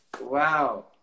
Wow